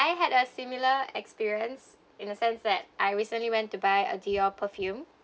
I had a similar experience in a sense that I recently went to buy a Dior perfume